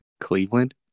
Cleveland